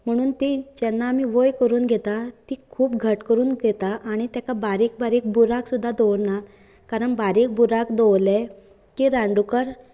म्हणून जेन्ना आमी ती वय करून घेतात ती खूब घट करून घेता आनी तेका बारीक बारीक बुराक सुद्दां दवरना कारण बारीक बुराक दवरलें की रान डूकर